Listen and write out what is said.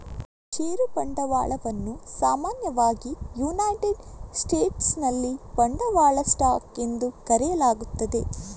ಷೇರು ಬಂಡವಾಳವನ್ನು ಸಾಮಾನ್ಯವಾಗಿ ಯುನೈಟೆಡ್ ಸ್ಟೇಟ್ಸಿನಲ್ಲಿ ಬಂಡವಾಳ ಸ್ಟಾಕ್ ಎಂದು ಕರೆಯಲಾಗುತ್ತದೆ